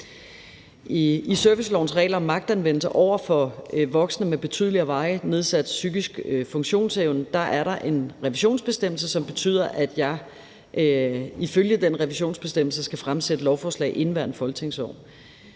I servicelovens regler om magtanvendelse over for voksne med betydelig og varig nedsat psykisk funktionsevne er der en revisionsbestemmelse, som betyder, at jeg ifølge den revisionsbestemmelse skal fremsætte lovforslag i indeværende folketingsår.